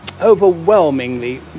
overwhelmingly